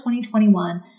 2021